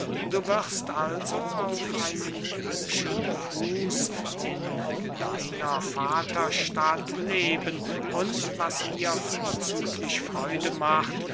du wirst also auf einen hübschen fuß in deiner vaterstadt leben und was mir vorzüglich freude macht